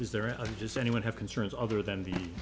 is there i just anyone have concerns other than the